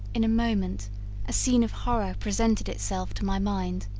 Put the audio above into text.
in a moment a scene of horror presented itself to my mind,